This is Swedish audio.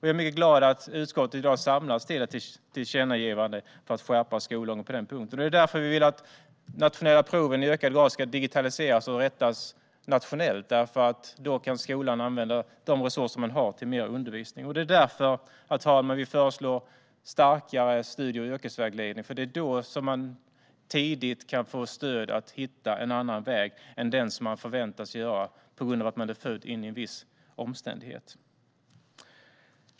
Jag är mycket glad över att utskottet i dag samlas till ett tillkännagivande för att skärpa skollagen på den punkten. Det är därför vi vill att de nationella proven i ökad grad ska digitaliseras och rättas nationellt. Då kan skolan använda de resurser man har till mer undervisning. Det är därför vi föreslår starkare studie och yrkesvägledning, för det är då som man tidigt kan få stöd för att hitta en annan väg än den man förväntas välja på grund av att man är född in i en viss omständighet.